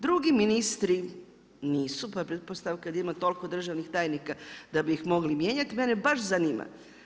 Drugi ministri nisu pa je pretpostavka da ima toliko državnih tajnika da bi ih mogli mijenjati, mene baš zanima.